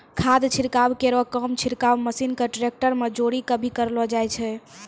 खाद छिड़काव केरो काम छिड़काव मसीन क ट्रेक्टर में जोरी कॅ भी करलो जाय छै